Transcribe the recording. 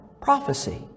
prophecy